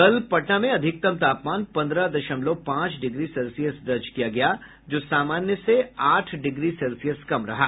कल पटना मे अधिकतम तापमान पंद्रह दशमलव पांच डिग्री सेल्सियस दर्ज किया गया जो सामान्य से आठ डिग्री सेल्सियस कम रहा